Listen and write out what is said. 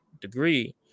degree